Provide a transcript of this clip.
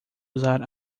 usar